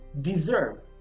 deserve